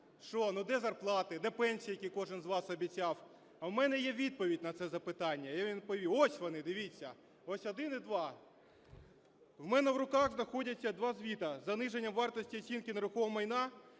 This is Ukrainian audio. що, ну, де зарплати, де пенсії, які кожен з вас обіцяв? В мене є відповідь на це запитання, я вам відповім. Ось вони, дивіться, ось один і два, в мене в руках знаходяться два звіти з заниженням вартості оцінки нерухомого майна.